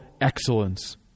excellence